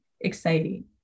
exciting